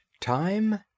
Time